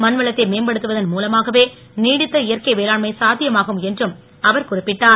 மண்வளத்தை மேம்படுத்துவதன் மூலமாகவே நீடித்த இயற்கை வேளாண்மை சாத்தியமாகும் என்றும் அவர் குறிப்பிட்டார்